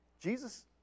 Jesus